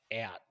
out